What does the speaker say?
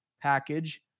package